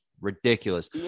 ridiculous